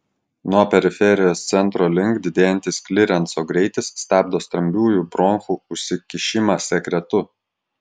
nuo periferijos centro link didėjantis klirenso greitis stabdo stambiųjų bronchų užsikišimą sekretu